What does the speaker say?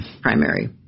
primary